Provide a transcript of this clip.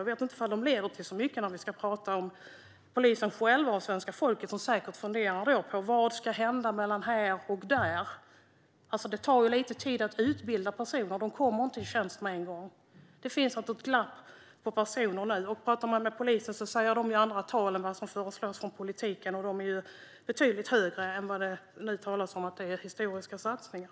Jag vet inte om de leder till så mycket när vi ska prata om själva poliserna och svenska folket, som säkert funderar på vad som ska hända mellan här och där. Det tar lite tid att utbilda personer - de kommer inte i tjänst på en gång. Det finns ett glapp i fråga om personer nu. Om man pratar med polisen säger de andra tal än vad som föreslås från politiken, och dessa tal är betydligt högre än de historiska satsningar som det nu talas om.